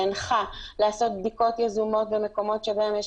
שהנחה לעשות בדיקות יזומות במקומות שבהם יש